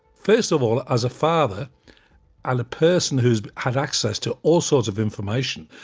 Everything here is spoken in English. first of all, as a father and a person who's had access to all sorts of information,